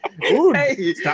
Hey